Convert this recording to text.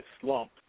slump